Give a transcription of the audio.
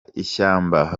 ishyamba